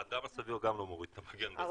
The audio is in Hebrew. האדם הסביר גם לא מוריד את המגן.